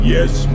Yes